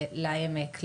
לעמק,